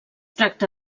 tracta